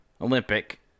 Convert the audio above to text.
Olympic